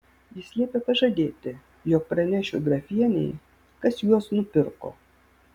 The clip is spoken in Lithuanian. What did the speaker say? jis liepė pažadėti jog pranešiu grafienei kas juos nupirko